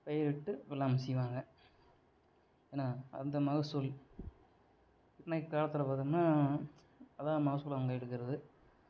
பயிரிட்டு வெள்ளாமை செய்வாங்க என்ன அந்த மகசூல் அன்றைக்கி காலத்தில் பார்த்தோம்னா அதுதான் மகசூல் அவங்க எடுக்கிறது